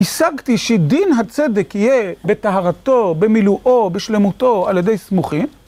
הישגתי שדין הצדק יהיה בטהרתו, במילואו, בשלמותו על ידי סמוכין.